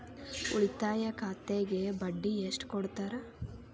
ಉಳಿತಾಯ ಖಾತೆಗೆ ಬಡ್ಡಿ ಎಷ್ಟು ಕೊಡ್ತಾರ?